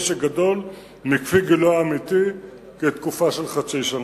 שגדול מכפי גילו האמיתי בתקופה של חצי שנה.